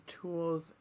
tools